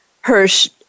Hirsch